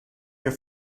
your